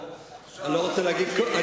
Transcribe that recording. אני לא רוצה להגיד כלום.